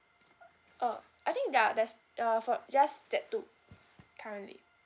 ah I think ya that's uh for just that two currently